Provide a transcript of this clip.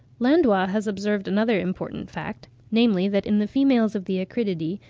landois has observed another important fact, namely, that in the females of the acridiidae,